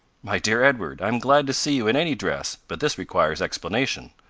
my dear edward, i am glad to see you in any dress, but this requires explanation.